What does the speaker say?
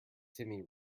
timmy